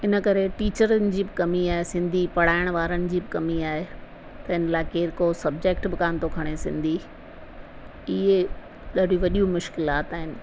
इन करे टीचरुनि जी बि कमी आहे सिंधी पढ़ाइण वारनि जी बि कमी आहे त हिन लाइ केर को सब्जेक्ट बि कोन थो खणे सिंधी इहे ॾाढी वॾियूं मुश्किलात आहिनि